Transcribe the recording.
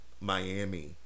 miami